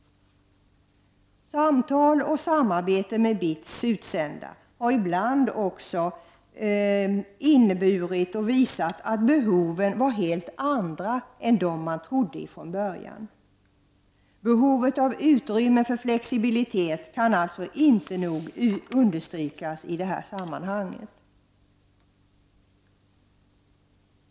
Samtal och samarbete med BITS utsända har ibland också visat att behoven var helt andra än vad man trodde från början. Behovet av utrymme för flexibilitet kan alltså inte nog understrykas i detta sammanhang.